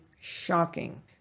shocking